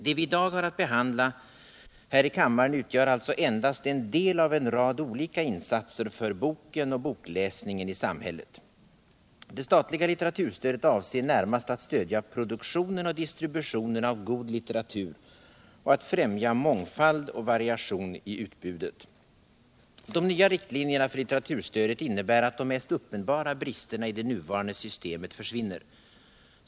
Det vi i dag har att behandla här i kammaren utgör alltså endast en del av en rad olika insatser för boken och bokläsningen i samhället. Det statliga litteraturstödet avser närmast att stödja produktionen och distributionen av god litteratur och att främja mångfald och variation i utbudet. De nya riktlinjerna för litteraturstödet innebär att de mest uppenbara bristerna i det nuvarande systemet försvinner.